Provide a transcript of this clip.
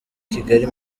kigali